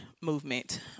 movement